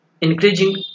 increasing